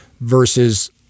versus